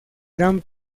gran